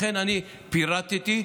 לכן פירטתי,